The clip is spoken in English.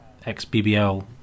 XBBL